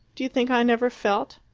do you think i never felt?